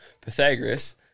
Pythagoras